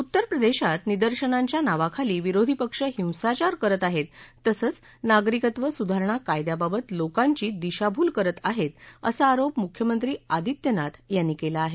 उत्तर प्रदेशात निदर्शनांच्या नावाखाली विरोधी पक्ष हिसाचार करत आहेत तसंच नागरिकत्व सुधारणा कायद्याबाबत लोकांची दिशाभूल करत आहेत असा आरोप मुख्यमंत्री आदित्यनाथ यांनी केला आहे